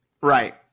Right